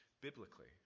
biblically